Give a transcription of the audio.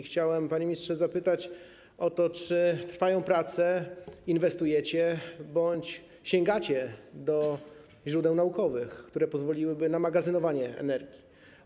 Chciałem, panie ministrze, zapytać o to, czy trwają prace, inwestujecie bądź sięgacie do źródeł naukowych, które pozwoliłyby na magazynowanie energii.